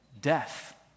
death